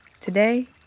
Today